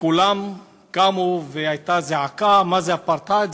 כולם קמו, והייתה זעקה, מה זה אפרטהייד?